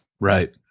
Right